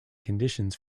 conditions